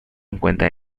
encuentra